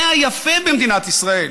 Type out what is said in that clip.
זה היפה במדינת ישראל,